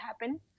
happen